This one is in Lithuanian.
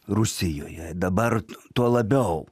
rusijoje dabar tuo labiau